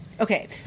okay